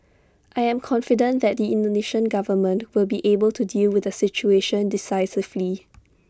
I am confident that the Indonesian government will be able to deal with the situation decisively